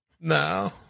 No